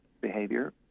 behavior